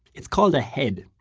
it's called a head.